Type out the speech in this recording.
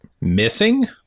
missing